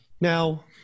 now